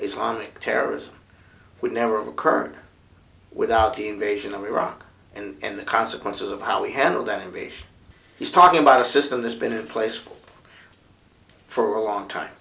islamic terrorism would never have occurred without the invasion of iraq and the consequences of how we handle that invasion he's talking about a system that's been in place for for a long time